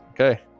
Okay